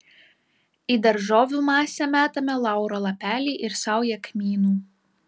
į daržovių masę metame lauro lapelį ir saują kmynų